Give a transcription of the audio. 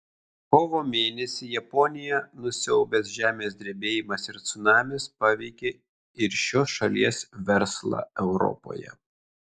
kovo mėnesį japoniją nusiaubęs žemės drebėjimas ir cunamis paveikė ir šios šalies verslą europoje